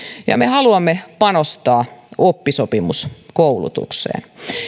ja me haluamme panostaa oppisopimuskoulutukseen